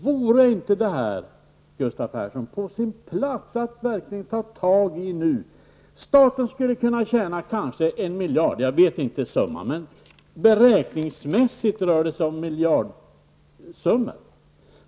Vore det inte nu, Gustav Persson, på sin plats att verkligen ta tag i det här? Staten skulle kanske tjäna en miljard. Jag vet inte summan, men beräkningsmässigt rör det sig om miljardbelopp.